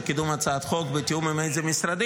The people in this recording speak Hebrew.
של קידום הצעת החוק מותנה בתיאום ועם אילו משרדים,